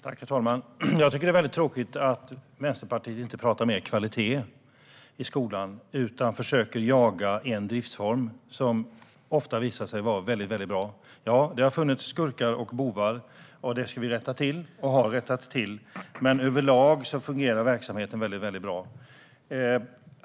Herr talman! Jag tycker att det är tråkigt att Vänsterpartiet inte pratar mer kvalitet i skolan utan försöker jaga en driftsform som ofta visar sig vara väldigt bra. Ja, det har funnits skurkar och bovar, och det ska vi rätta till och har rättat till. Men överlag fungerar verksamheten mycket bra.